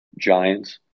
giants